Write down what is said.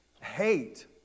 hate